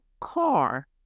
car